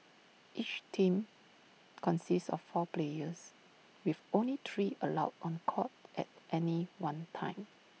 each team consists of four players with only three allowed on court at any one time